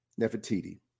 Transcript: Nefertiti